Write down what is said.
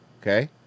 okay